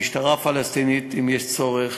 המשטרה הפלסטינית, אם יש צורך,